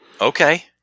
Okay